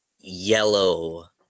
yellow